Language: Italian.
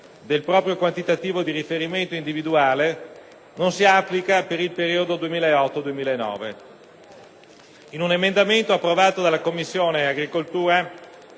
del proprio quantitativo di riferimento individuale non si applica per il periodo 2008-2009. In un emendamento approvato dalla Commissione agricoltura,